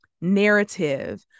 narrative